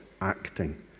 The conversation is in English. acting